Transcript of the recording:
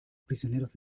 prisioneros